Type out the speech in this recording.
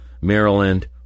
Maryland